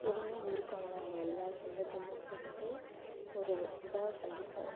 எங்கெங்க இருக்காங்களோ அவங்க எல்லா சொந்தத்தையுமே கூப்பிட்டு ஒரு இதாக சந்திப்போம்